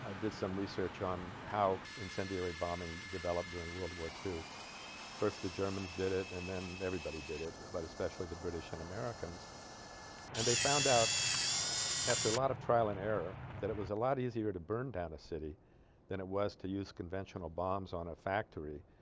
ah did some research on how incendiary bombing developed during world war two first the germans did it and then everybody did it but especially the british and americans and they found out after a lot of trial and error that it was a lot easier to burn down the city than it was to use conventional bombs on a factory